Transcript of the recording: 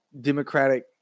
democratic